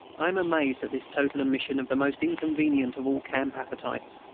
i am amazed at this total omission of the most inconvenient of all camp appetites.